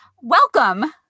Welcome